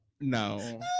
no